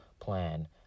plan